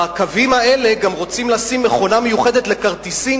בקווים האלה רוצים לשים גם מכונה מיוחדת לכרטיסים,